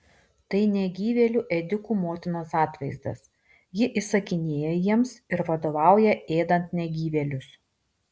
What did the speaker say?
tai negyvėlių ėdikų motinos atvaizdas ji įsakinėja jiems ir vadovauja ėdant negyvėlius